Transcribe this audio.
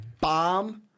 bomb